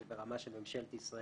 זה ברמה של ממשלת ישראל.